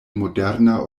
moderna